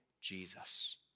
Jesus